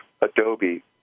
adobe